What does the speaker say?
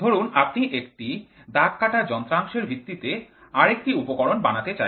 ধরুন আপনি এই দাগকাটা যন্ত্রাংশের ভিত্তিতে আরেকটি উপকরণ বানাতে চাইছেন